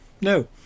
No